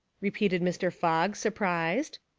repeated mr. fogg, sur prised.